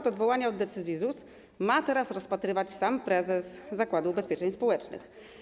Np. odwołanie od decyzji ZUS ma teraz rozpatrywać sam prezes Zakładu Ubezpieczeń Społecznych.